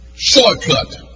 Shortcut